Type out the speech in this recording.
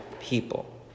people